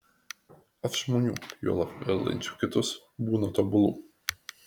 ar žmonių juolab valdančių kitus būna tobulų